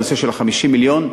בנושא של 50 המיליון.